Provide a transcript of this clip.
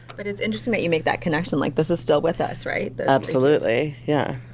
but it's interesting that you make that connection like this is still with us right absolutely yeah.